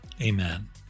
Amen